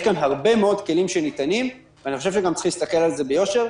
יש כאן הרבה מאוד כלים שניתנים וצריך להסתכל על זה ביושר.